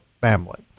family